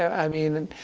i mean,